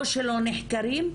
או שלא נחקרים,